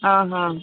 હઁ હઁ